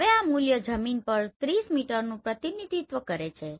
હવે આ મૂલ્ય જમીન પર 30 મીટરનું પ્રતિનિધિત્વ કરે છે